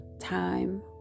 time